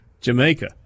Jamaica